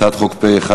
הצעת חוק פ/1442,